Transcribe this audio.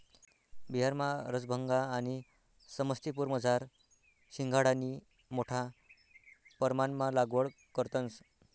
बिहारमा रसभंगा आणि समस्तीपुरमझार शिंघाडानी मोठा परमाणमा लागवड करतंस